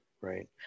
Right